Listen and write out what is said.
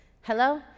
Hello